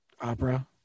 opera